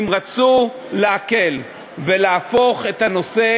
אם רצו להקל ולהפוך את הנושא